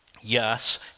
yes